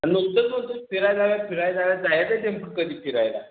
नुसतंच बोलतो आहेस फिराय जाऊया फिराय जाऊया जायचं कधी फिरायला